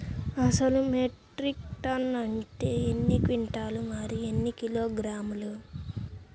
అసలు metric tonne అంటే ఎన్ని క్వింటాలు మరియు ఎన్ని కిలోగ్రాములు?